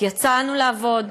יצאנו לעבוד,